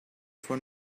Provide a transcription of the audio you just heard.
for